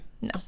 No